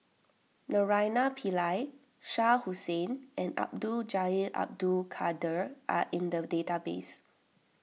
Naraina Pillai Shah Hussain and Abdul Jalil Abdul Kadir are in the database